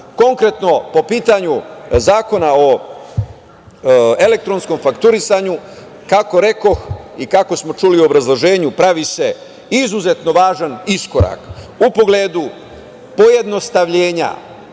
Konkretno, po pitanju zakona o elektronskom fakturisanju, kako rekoh i kako smo čuli u obrazloženju, pravi se izuzetno važan iskorak u pogledu pojednostavljenja,